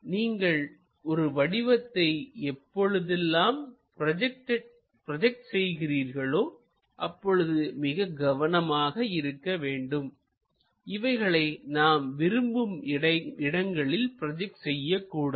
நீங்கள் ஒரு வடிவத்தை எப்பொழுதெல்லாம் ப்ரோஜெக்ட் செய்கிறீர்களோ அப்பொழுது மிக கவனமாக இருக்க வேண்டும் இவைகளை நாம் விரும்பும் இடங்களில் ப்ரோஜெக்ட் செய்யக்கூடாது